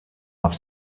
have